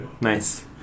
Nice